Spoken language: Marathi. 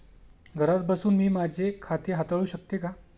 घरात बसून मी माझे खाते हाताळू शकते का?